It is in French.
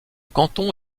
canton